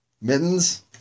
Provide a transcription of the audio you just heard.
mittens